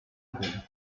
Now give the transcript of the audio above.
punti